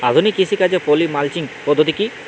আধুনিক কৃষিকাজে poly mulching পদ্ধতি কি?